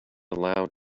allowed